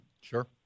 Sure